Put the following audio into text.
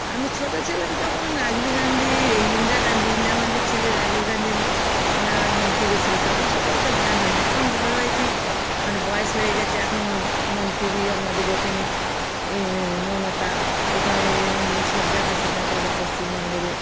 আমি ছোট ছিলাম তখন রাজীব গান্ধী এই ইন্দিরা গান্ধী ইন্দিরা গান্ধীর ছেলে রাজীব গান্ধী ওনারা মন্ত্রী ছিল তখন ছোট তো জ্ঞান হয়নি এখন বড় হয়েছি মানে বয়স হয়ে গিয়েছে এখন মন্ত্রী আমাদের এখানে মমতা এখানে উনি সব দেখাশোনা করে পশ্চিমবঙ্গের